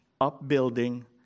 Upbuilding